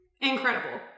incredible